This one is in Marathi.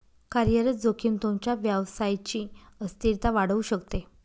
कार्यरत जोखीम तुमच्या व्यवसायची अस्थिरता वाढवू शकते